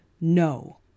No